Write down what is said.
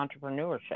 entrepreneurship